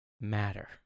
matter